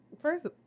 First